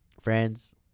friends